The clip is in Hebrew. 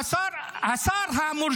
הינה,